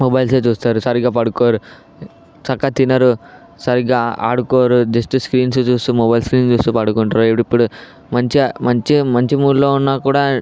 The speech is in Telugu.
మొబైల్సే చూస్తారు సరిగా పడుకోరు చక్కగా తినరు సరిగా ఆడుకోరు జస్ట్ స్క్రీన్స్ చూస్తూ మొబైల్ స్క్రీన్స్ చూస్తూ పడుకుంటారు మంచిగా మంచి మూడ్లో ఉన్న కూడా అండ్